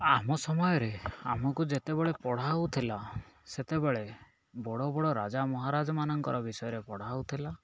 ଆମ ସମୟରେ ଆମକୁ ଯେତେବେଳେ ପଢ଼ାହେଉଥିଲା ସେତେବେଳେ ବଡ଼ ବଡ଼ ରାଜା ମହାରାଜାମାନଙ୍କର ବିଷୟରେ ପଢ଼ାହେଉଥିଲା